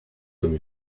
comme